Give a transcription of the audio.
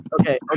Okay